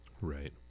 Right